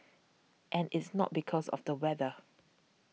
and it's not because of the weather